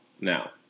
now